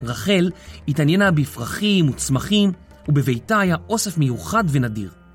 רחל התעניינה בפרחים וצמחים, ובביתה היה אוסף מיוחד ונדיר.